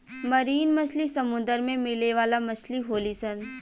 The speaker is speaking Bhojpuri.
मरीन मछली समुंदर में मिले वाला मछली होली सन